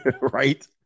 right